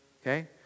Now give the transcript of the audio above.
Okay